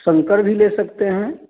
शंकर भी ले सकते हैं